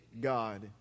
God